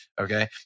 Okay